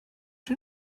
you